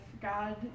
God